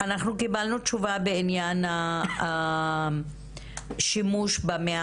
אנחנו קיבלנו תשובה בעניין השימוש ב-100